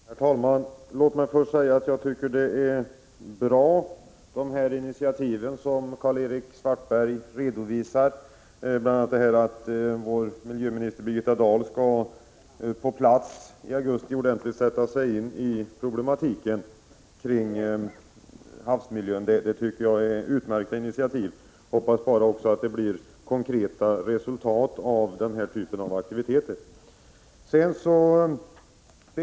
Herr talman! Låt mig först få säga att jag tycker att de initiativ som Karl-Erik Svartberg redovisar är bra. Bl.a. att vår miljöminister Birgitta Dahl i augusti på plats ordentligt skall sätta sig in i problematiken kring havsmiljön är ett utmärkt initiativ. Hoppas bara att det också blir konkreta resultat av dessa aktiviteter.